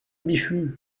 bichu